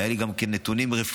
והיו לי גם נתונים רפואיים.